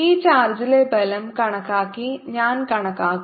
ഈ ചാർജിലെ ബലം കണക്കാക്കി ഞാൻ കണക്കാക്കും